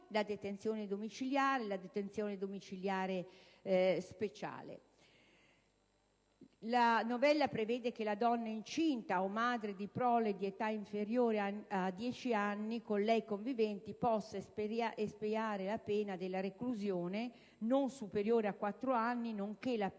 la detenzione domiciliare e la detenzione domiciliare speciale. La novella prevede altresì che la donna incinta o madre di prole di età inferiore a dieci anni con lei convivente possa espiare la pena della reclusione non superiore a quattro anni, nonché la